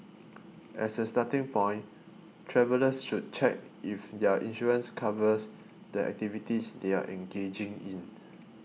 as a starting point travellers should check if their insurance covers the activities they are engaging in